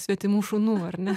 svetimų šunų ar ne